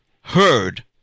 heard